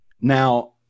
now